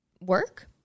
work